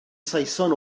saeson